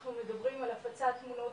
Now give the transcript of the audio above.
אנחנו מדברים על הפצת תמונות